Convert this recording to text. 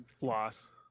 Loss